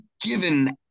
given